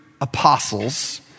apostles